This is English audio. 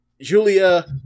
Julia